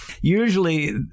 Usually